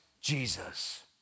Jesus